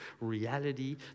reality